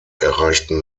erreichten